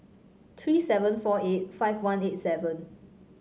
three seven four eight five one eight seven